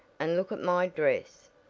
and look at my dress!